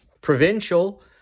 Provincial